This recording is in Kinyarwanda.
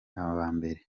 abambere